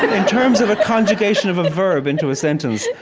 in terms of a conjugation of a verb into a sentence,